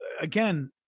again